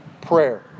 Prayer